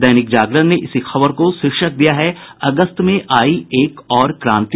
दैनिक जागरण ने इसी खबर को शीर्षक दिया है अगस्त में आयी एक और क्रांति